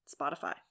Spotify